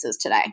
today